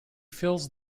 fills